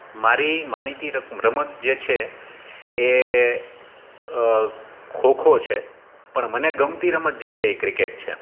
મારી માનીતી રક રમત જે છે એ ખોખો છે પણ મને ગમતી રમત જે છે ઇ ક્રિકેટ છે